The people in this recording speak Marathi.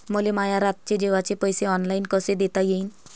मले माया रातचे जेवाचे पैसे ऑनलाईन कसे देता येईन?